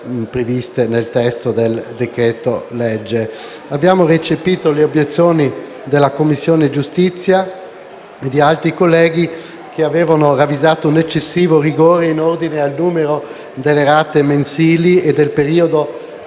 previste nel testo del decreto-legge. Abbiamo recepito le obiezioni della Commissione giustizia e di altri colleghi, che avevano ravvisato un eccessivo rigore in ordine al numero delle rate mensili e del periodo